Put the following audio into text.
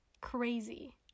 crazy